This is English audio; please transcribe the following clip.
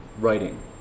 writing